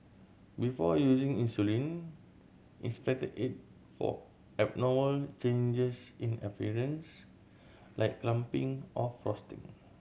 before using insulin inspect it for abnormal changes in appearance like clumping or frosting